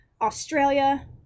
australia